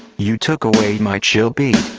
you took away my chill beat.